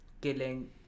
killing